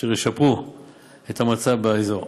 אשר ישפרו את המצב באזור.